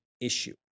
issue